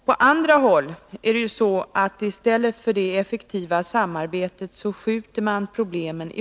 På andra håll skjuter man problemen ifrån sig i stället för att försöka etablera ett sådant effektivt samarbete.